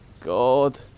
God